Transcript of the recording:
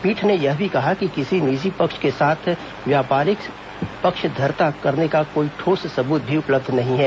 पीठ ने यह भी कहा कि किसी निजी पक्ष के साथ व्यापारिक पक्षधरता करने का कोई ठोस सबूत भी उपलब्ध नहीं है